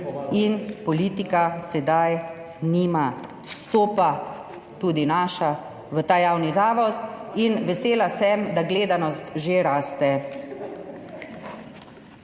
in politika sedaj nima vstopa, tudi naša, v ta javni zavod in vesela sem, da gledanost že raste.